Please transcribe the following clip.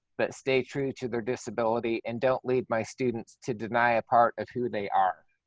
but stay true to their disability and don't leave my students to deny a part of who they are?